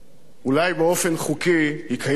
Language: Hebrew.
אולי באופן חוקי היא קיימת,